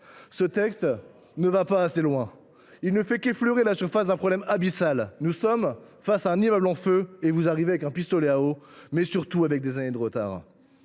Ce texte ne va toutefois pas assez loin. Il ne fait qu’effleurer la surface d’un problème abyssal : nous sommes face à un immeuble en feu et vous arrivez avec un pistolet à eau, mais surtout avec des années de retard.